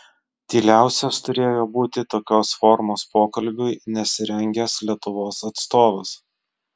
tyliausias turėjo būti tokios formos pokalbiui nesirengęs lietuvos atstovas